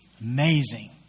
Amazing